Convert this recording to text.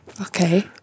okay